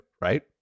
right